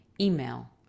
email